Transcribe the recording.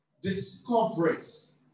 discoveries